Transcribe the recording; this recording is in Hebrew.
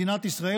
מדינת ישראל,